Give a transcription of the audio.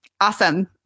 awesome